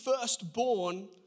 firstborn